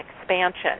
expansion